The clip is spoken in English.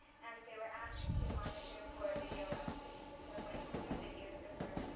and they were asked to monitor for video repetition. so when two videos occur